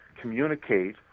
communicate